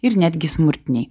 ir netgi smurtiniai